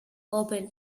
open